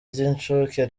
ry’incuke